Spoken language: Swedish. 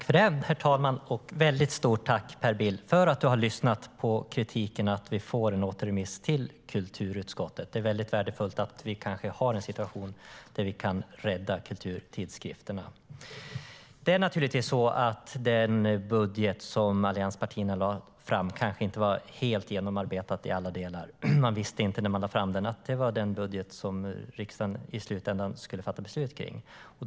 Herr talman! Jag riktar ett stort tack till dig, Per Bill, för att du har lyssnat på kritiken och för att vi får en återremiss till kulturutskottet. Det är mycket värdefullt att vi har en sådan situation att vi kanske kan rädda kulturtidskrifterna. Den budget som allianspartierna lade fram kanske inte var helt genomarbetad i alla delar. När de lade fram den visste de inte att det var den budget som riksdagen i slutändan skulle fatta beslut om.